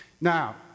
Now